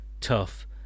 tough